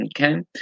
Okay